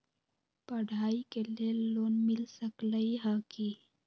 पढाई के लेल लोन मिल सकलई ह की?